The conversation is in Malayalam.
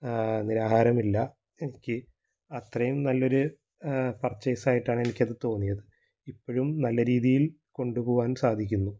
നിരാഹാരമില്ല എനിക്ക് അത്രയും നല്ല ഒരു പർച്ചേസ് ആയിട്ടാണ് എനിക്ക് അതു തോന്നിയത് ഇപ്പോഴും നല്ല രീതിയിൽ കൊണ്ടു പോവാൻ സാധിക്കുന്നു